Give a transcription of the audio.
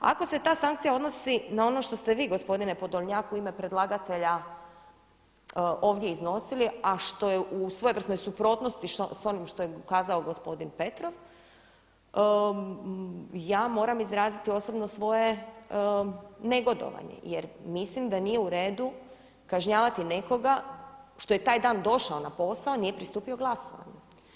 Ako se ta sankcija odnosi na ono što ste vi gospodine Podolnjak u ime predlagatelja ovdje iznosili a što je u svojevrsnoj suprotnosti sa onim što je kazao gospodin Petrov, ja moram izraziti osobno svoje negodovanje jer mislim da nije u redu kažnjavati nekoga što je taj dan došao na posao a nije pristupio glasovanju.